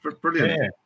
brilliant